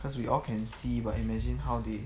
cause we all can see but imagine how they